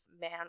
man